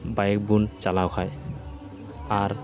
ᱵᱟᱭᱮᱠᱵᱚᱱ ᱪᱶᱟᱞᱟᱣ ᱠᱷᱟᱡ ᱟᱨ